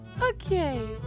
Okay